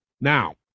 Now